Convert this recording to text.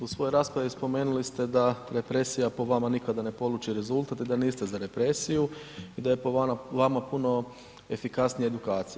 U svojoj raspravi spomenuli ste da represija po vama nikada ne poluči rezultat i da niste za represiju i da je po vama puno efikasnije edukacija.